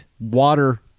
water